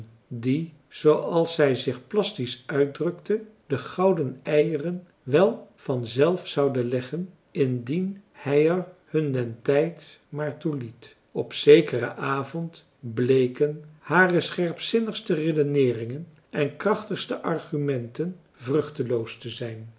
die zooals zij zich plastisch uitdrukte de gouden eieren wel van zelf zouden leggen indien hij er hun den tijd maar toe liet op zekeren avond bleken hare scherpzinnigste redeneeringen en krachtigste argumenten vruchteloos te zijn